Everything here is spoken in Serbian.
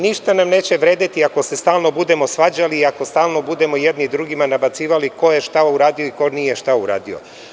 Ništa nam neće vredeti ako se stalno budemo svađali, ako stalno budemo jedni drugima nabacivali ko je šta uradio i ko nije šta uradio.